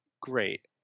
Great